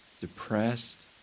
depressed